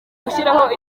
gushyiraho